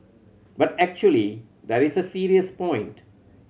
but actually there is a serious point